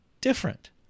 different